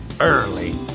early